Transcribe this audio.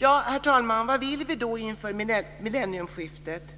Herr talman! Vad vill vi då inför millennieskiftet?